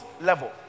level